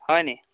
হয়নি